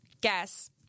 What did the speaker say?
guess